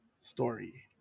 story